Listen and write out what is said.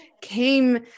came